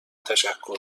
تشکر